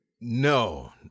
No